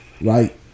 Right